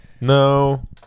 No